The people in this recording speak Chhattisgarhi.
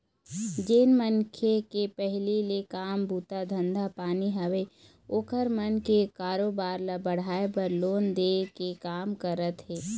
जेन मनखे के पहिली ले काम बूता धंधा पानी हवय ओखर मन के कारोबार ल बढ़ाय बर लोन दे के काम करत हे